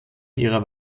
ihrer